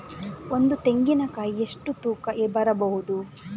ಒಂದು ತೆಂಗಿನ ಕಾಯಿ ಎಷ್ಟು ತೂಕ ಬರಬಹುದು?